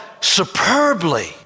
superbly